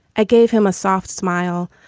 i gave him a soft smile,